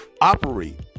Operate